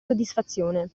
soddisfazione